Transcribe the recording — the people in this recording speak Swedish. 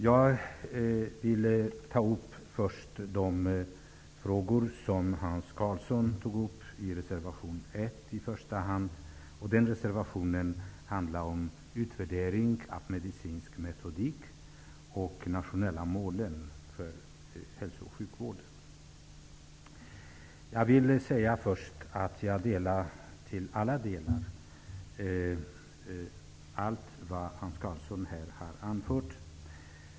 Jag vill först beröra de frågor som Hans Karlsson tog upp med anledning av i första hand reservation 1. Den reservationen handlar om utvärdering av medicinsk metodik och de nationella målen för hälso och sjukvården. Jag vill säga först att jag instämmer till alla delar i allt vad Hans Karlsson här har anfört.